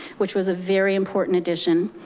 which was a very important addition.